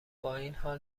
بااینحال